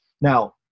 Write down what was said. Now